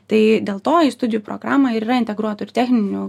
tai dėl to į studijų programą ir yra integruotų ir techninių